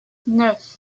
neuf